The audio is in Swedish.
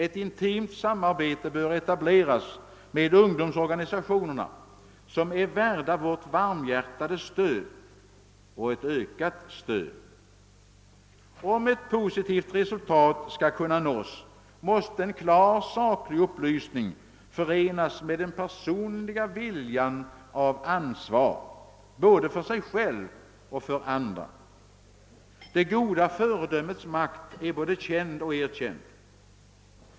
Ett intimt samarbete bör etableras med ungdomsorganisationerna, som är värda vårt varmhjärtade stöd — och vårt ökade stöd. Om ett positivt resultat skall kunna nås, måste en klar, saklig upplysning förenas med den personliga viljan till ansvar både för sig själv och för andra. Det goda föredömets makt är både känd och erkänd.